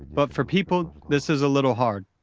but for people this is a little hard.